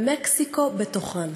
ומקסיקו בתוכן.